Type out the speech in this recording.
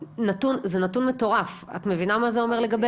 זה נתון מטורף, את מבינה מה זה אומר?